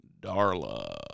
Darla